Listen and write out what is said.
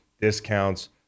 discounts